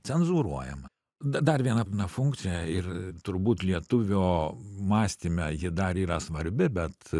cenzūruojama dar viena na funkcija ir turbūt lietuvio mąstyme ji dar yra svarbi bet